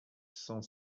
cent